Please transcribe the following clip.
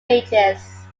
ages